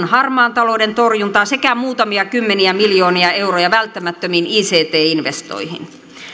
harmaan talouden torjuntaan sekä muutamia kymmeniä miljoonia euroja välttämättömiin ict investointeihin